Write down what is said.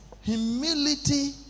humility